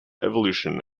evolution